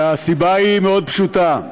והסיבה היא מאוד פשוטה,